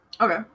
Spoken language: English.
Okay